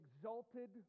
exalted